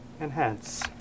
Enhance